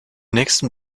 nächsten